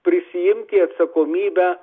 prisiimti atsakomybę